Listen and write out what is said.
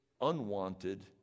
unwanted